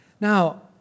Now